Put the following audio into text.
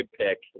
pick